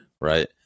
right